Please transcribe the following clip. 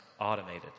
automated